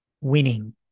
winning